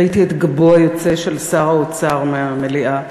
ראיתי את גבו של שר האוצר היוצא מהמליאה,